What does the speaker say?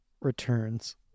returns